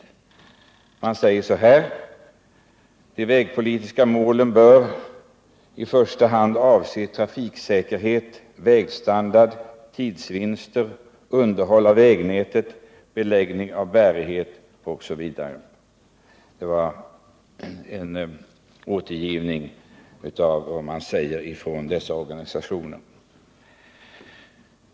De som uppvaktade trafikutskottet i går vill att de vägpolitiska målen i första hand bör avse trafiksäkerhet, vägstandard, tidsvinster, underhåll av vägnätet, beläggning och bärighet.